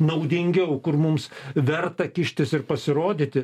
naudingiau kur mums verta kištis ir pasirodyti